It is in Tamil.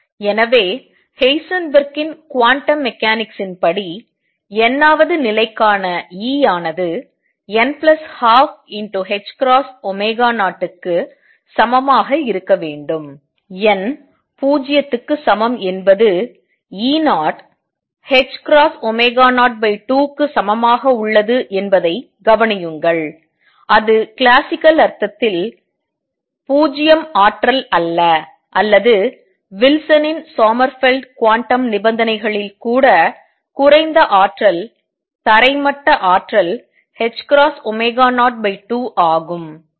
எனவே ஹெய்சன்பெர்க்கின் குவாண்டம் மெக்கானிக்ஸின் படி n ஆவது நிலைக்கான E ஆனது n12 0 க்கு சமமாக இருக்க வேண்டும் n 0 க்கு சமம் என்பது E0 02 க்கு சமமாக உள்ளது என்பதை கவனியுங்கள் அது கிளாசிக்கல் அர்த்தத்தில் 0 ஆற்றல் அல்ல அல்லது வில்சனின் சோமர்ஃபெல்ட் குவாண்டம் நிபந்தனைகளில் கூட குறைந்த ஆற்றல் தரைமட்ட ஆற்றல் 02 ஆகும்